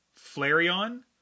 Flareon